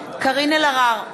קארין אלהרר,